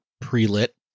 pre-lit